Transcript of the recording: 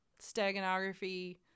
steganography